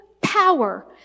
power